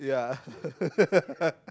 yeah